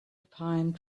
pine